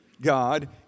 God